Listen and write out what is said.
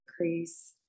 increase